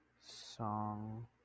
Song